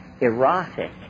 erotic